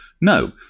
No